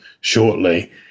shortly